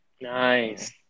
Nice